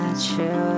true